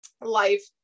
life